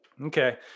Okay